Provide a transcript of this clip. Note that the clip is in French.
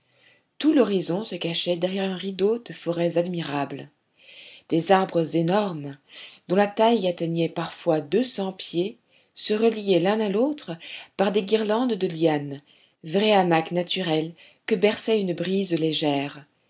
tout l'horizon se cachait derrière un rideau de forêts admirables des arbres énormes dont la taille atteignait parfois deux cents pieds se reliaient l'un à l'autre par des guirlandes de lianes vrais hamacs naturels que berçait une brise légère